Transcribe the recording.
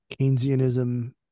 Keynesianism